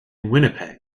winnipeg